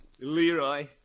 Leroy